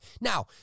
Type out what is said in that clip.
Now